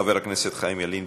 חבר הכנסת חיים ילין,